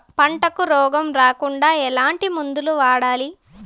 పంటకు రోగం రాకుండా ఎట్లాంటి మందులు వాడాలి?